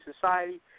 Society